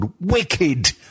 Wicked